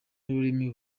n’ururimi